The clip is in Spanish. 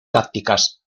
tácticas